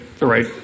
right